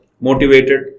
motivated